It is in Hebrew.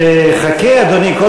אני קובע כי הצעת